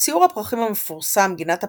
בציור הפרחים המפורסם, גינת הפרחים,